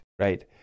Right